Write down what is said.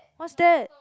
what's that